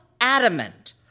adamant